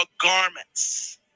garments